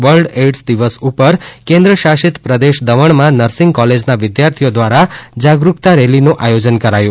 world AIDS દિવસ ઉપર કેન્દ્ર શાસિત પ્રદેશ દમણમાં નર્સિંગ કોલેજના વિદ્યાર્થીઓ દ્રારા જાગરુકતા રેલીનું આયોજન કરાયું